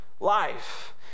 Life